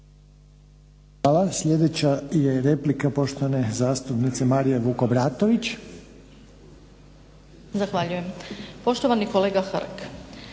Hvala. Sljedeća je replika poštovane zastupnice Marije Vukobratović. **Vukobratović, Marija